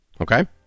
Okay